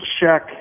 check